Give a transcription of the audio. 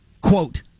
quote